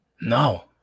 no